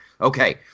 Okay